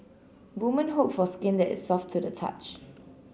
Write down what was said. woman hope for skin that is soft to the touch